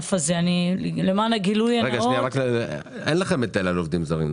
אין לכם היטל מס על העסקת עובדים זרים,